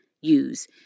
use